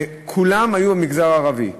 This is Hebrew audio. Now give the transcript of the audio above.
וכולם היו מהמגזר הערבי,